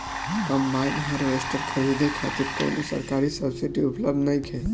Combine harvester खरीदे खातिर कउनो सरकारी सब्सीडी उपलब्ध नइखे?